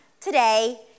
today